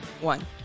one